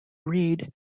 reed